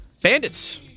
Bandits